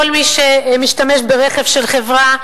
כל מי שמשתמש ברכב של חברה,